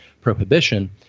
prohibition